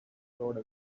rode